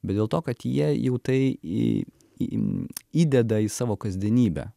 bet dėl to kad jie jau tai į į įdeda į savo kasdienybę